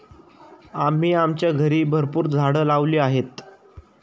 आम्ही आमच्या घरी भरपूर झाडं लावली आहेत